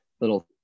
little